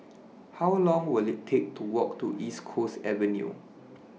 How Long Will IT Take to Walk to East Coast Avenue